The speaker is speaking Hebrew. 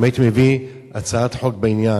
אם הייתי מביא הצעת חוק בעניין,